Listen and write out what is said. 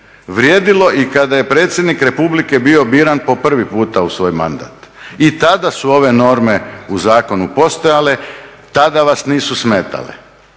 vrijedilo i kada je predsjednik Republike bio biran po prvi puta u svoj mandat i tada su ove norme u zakonu postojale, tada vas nisu smetale.